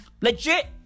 Legit